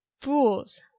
Fools